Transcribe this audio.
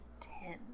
Ten